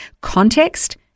context